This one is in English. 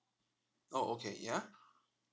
oh okay ya